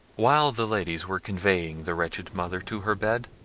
while the ladies were conveying the wretched mother to her bed,